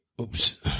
oops